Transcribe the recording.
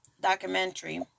documentary